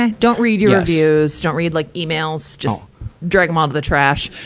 and don't read your reviews. don't read like emails. just drag em all to the trash.